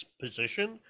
position